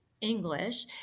English